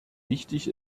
wichtig